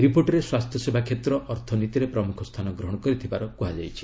ରିପୋର୍ଟରେ ସ୍ୱାସ୍ଥ୍ୟସେବା କ୍ଷେତ୍ର ଅର୍ଥନୀତିରେ ପ୍ରମୁଖ ସ୍ଥାନ ଗ୍ରହଣ କରିଥିବାର କୁହାଯାଇଛି